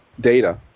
data